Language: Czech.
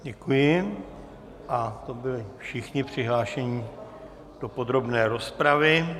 Děkuji a to byli všichni přihlášení do podrobné rozpravy.